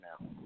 now